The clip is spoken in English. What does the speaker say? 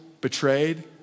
betrayed